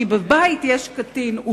כי אולי בבית יש קטין.